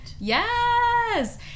Yes